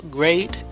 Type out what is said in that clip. great